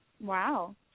Wow